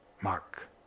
mark